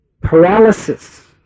Paralysis